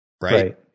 right